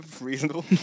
reasonable